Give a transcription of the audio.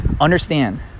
Understand